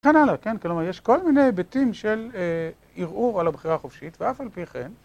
וכן הלאה. כלומר, יש כל מיני היבטים של ערעור על הבחירה החופשית, ואף על פי כן.